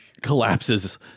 collapses